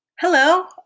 hello